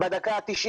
בדקה ה-90.